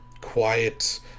quiet